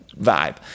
vibe